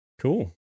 Cool